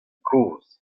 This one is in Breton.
kozh